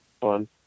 fun